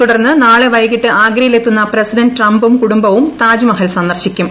തുടർന്ന് നാളെ വൈകിട്ട് ആഗ്രയിലെത്തുന്ന പ്രസിഡന്റ് ട്രംപും കുടുംബവും താജ്മഹൽ സന്ദർശിക്കും